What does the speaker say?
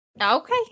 Okay